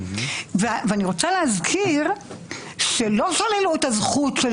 אני רוצה להזכיר שלא שללו את הזכות של